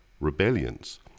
rebellions